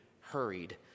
hurried